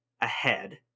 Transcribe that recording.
ahead